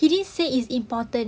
he didn't say it's important